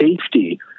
safety